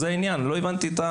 יש לך